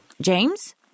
James